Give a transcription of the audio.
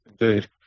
indeed